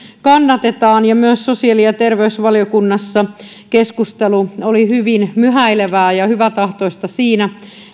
kannatetaan ja myös sosiaali ja terveysvaliokunnassa keskustelu oli hyvin myhäilevää ja hyväntahtoista siinä